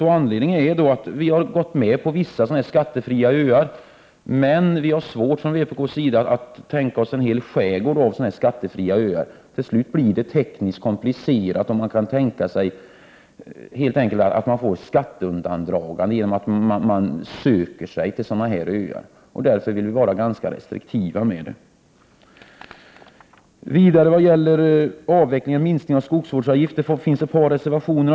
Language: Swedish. Vi har från vpk:s sida gått med på vissa skattefria öar, men vi har svårt att tänka oss en hel skärgård av skattefria öar. Till slut blir det tekniskt komplicerat, och det kan uppstå ett skatteundandragande genom att man söker sig till sådana här öar. Därför vill vi vara ganska restriktiva med dem. När det gäller en avveckling eller minskning av skogsvårdsavgiften finns det ett par reservationer.